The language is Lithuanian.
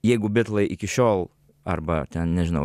jeigu bitlai iki šiol arba ten nežinau